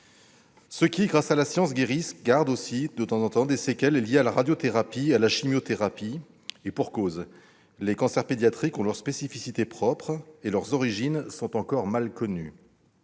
Ceux qui, grâce à la science, guérissent gardent généralement des séquelles liées à la radiothérapie et à la chimiothérapie, et pour cause. Les cancers pédiatriques ont leurs spécificités propres et leurs origines sont encore mal connues.